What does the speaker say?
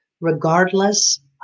regardless